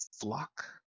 flock